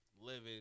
living